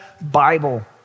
Bible